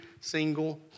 single